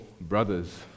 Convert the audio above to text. brothers